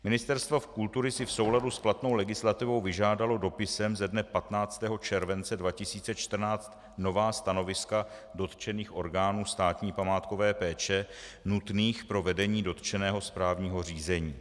Ministerstvo kultury si v souladu s platnou legislativou vyžádalo dopisem ze dne 15. července 2014 nová stanoviska dotčených orgánů státní památkové péče nutných pro vedení dotčeného správního řízení.